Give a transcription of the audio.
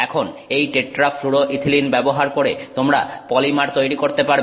এখন এই টেট্রাফ্লুরোইথিলিন ব্যবহার করে তোমরা পলিমার তৈরি করতে পারবে